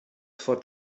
for